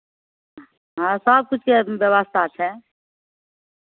हँ सभकिछके व्यवस्था छै